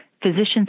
Physicians